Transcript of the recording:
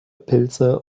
pilze